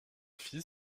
fils